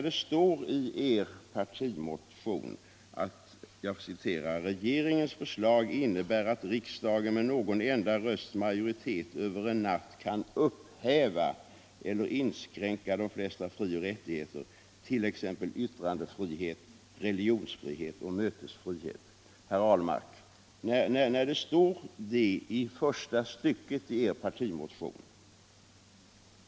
Det står i er partimotion: ”Regeringens förslag innebär att riksdagen med någon enda rösts majoritet över en natt kan upphäva eller inskränka de flesta frioch rättigheter, t.ex. yttrandefrihet, religionsfrihet och mötesfrihet.” Det står så i första stycket i er partimotion.